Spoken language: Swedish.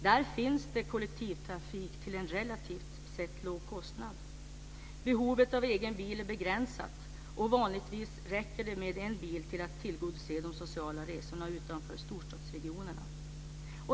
Där finns det kollektivtrafik till en relativt sett låg kostnad. Behovet av egen bil är begränsat, och vanligtvis räcker det med en bil för att tillgodose de sociala resorna utanför storstadsregionerna.